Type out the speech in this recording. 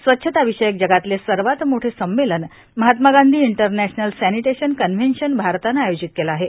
स्वच्छर्ताावषयक जगातले सवात मोठे संमेलन Mahatma Gandhi international sanitation convention भारतानं आयोजित केले आहे